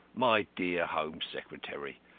my dear home secretary.